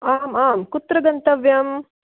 आम् आं कुत्र गन्तव्यम्